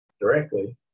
directly